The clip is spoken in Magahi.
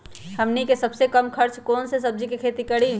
हमनी के सबसे कम खर्च में कौन से सब्जी के खेती करी?